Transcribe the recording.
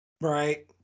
right